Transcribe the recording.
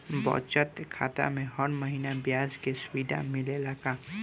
बचत खाता में हर महिना ब्याज के सुविधा मिलेला का?